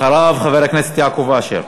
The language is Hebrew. אחריו, חבר הכנסת יעקב אשר.